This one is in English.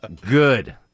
good